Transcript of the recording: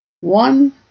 one